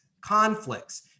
conflicts